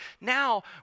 now